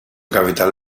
capital